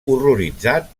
horroritzat